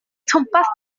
twmpath